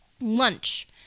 lunch